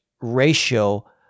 ratio